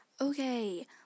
Okay